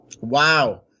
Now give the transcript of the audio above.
Wow